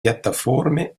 piattaforme